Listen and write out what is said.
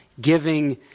giving